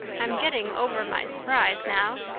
i'm getting over my surprise now.